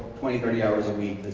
twenty thirty hours a week,